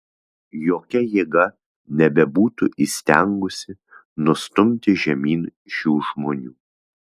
jokia jėga nebebūtų įstengusi nustumti žemyn šių žmonių